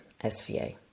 SVA